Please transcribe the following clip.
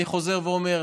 אני חוזר ואומר,